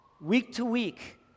week-to-week